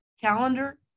calendar